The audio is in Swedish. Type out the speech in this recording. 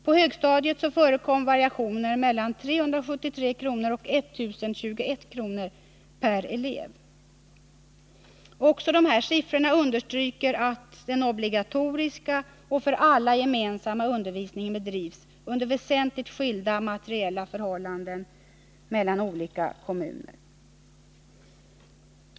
På högstadiet förekom variationer mellan 373 och 1 021 kr. per elev. Också dessa siffror understryker att den obligatoriska och för alla gemensamma undervisningen bedrivs under väsentligt skilda materiella förhållanden mellan olika kommuner.